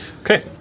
Okay